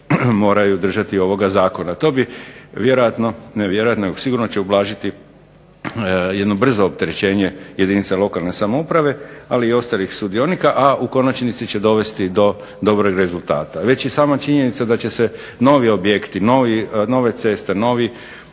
moraju držati ovoga zakona. To bi vjerojatno, ne vjerojatno nego sigurno će ublažiti jedno brzo opterećenje jedinica lokalne samouprave, ali i ostalih sudionika, a u konačnici će dovesti do dobrog rezultata. Već i sama činjenica da će se novi objekti, nove ceste, nova